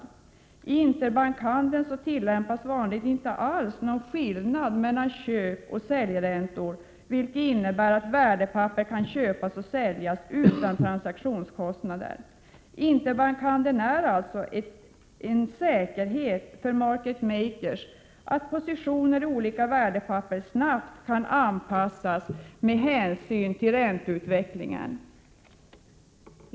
I interbankhandeln är det vanligen inte alls någon skillnad mellan köpoch säljräntor, vilket innebär att värdepapper kan köpas och säljas utan transaktionskostnader. Interbankhandeln är alltså en säkerhet för market makers så att positioner i olika värdepapper snabbt kan anpassas med hänsyn till ränteutvecklingen.